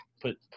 put